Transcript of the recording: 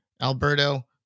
Alberto